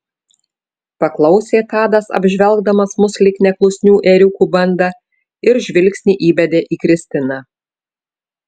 paklausė tadas apžvelgdamas mus lyg neklusnių ėriukų bandą ir žvilgsnį įbedė į kristiną